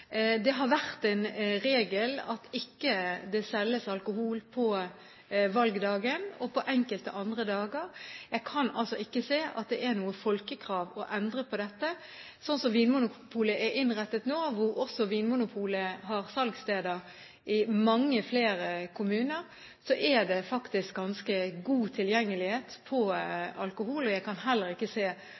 Det har vært en regel at det ikke selges alkohol på valgdagen og på enkelte andre dager. Jeg kan altså ikke se at det er noe folkekrav å endre på dette. Slik som Vinmonopolet er innrettet nå, hvor Vinmonopolet har salgssteder i mange flere kommuner, er det faktisk ganske god tilgjengelighet på alkohol. Jeg kan heller ikke se